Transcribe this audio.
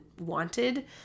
wanted